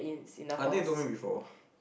I think you told me before